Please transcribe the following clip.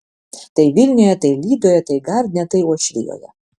tai vilniuje tai lydoje tai gardine tai uošvijoje